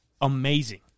amazing